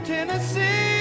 Tennessee